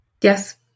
Yes